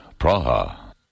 Praha